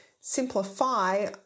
simplify